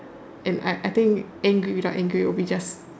and I I think angry without angry will be just